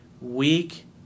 weak